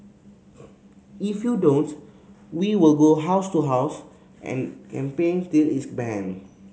if you don't we will go house to house and campaign till it's banned